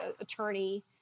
attorney